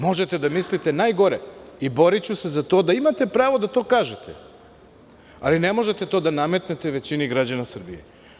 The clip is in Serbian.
Možete da mislite najgore i boriću se za to da imate pravo da to kažete, ali ne možete to da nametne većini građana Srbije.